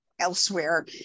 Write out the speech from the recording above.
elsewhere